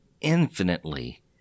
infinitely